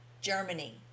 Germany